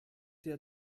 der